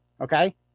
Okay